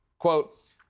Quote